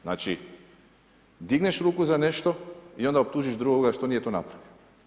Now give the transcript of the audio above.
Znači, digneš ruku za nešto i onda optužiš drugog što nije to napravio.